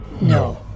No